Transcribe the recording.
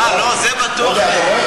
לא יודע, אתה רואה?